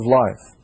life